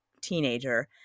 teenager